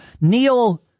Neil